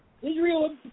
Israel